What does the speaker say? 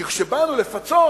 כי כשבאנו לפצות,